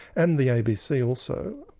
and the abc also.